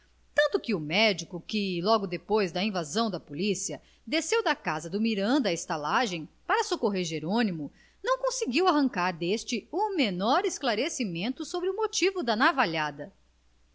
tanto que o médico que logo depois da invasão da polícia desceu da casa do miranda à estalagem para socorrer jerônimo não conseguiu arrancar deste o menor esclarecimento sobre o motivo da navalhada